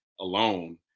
alone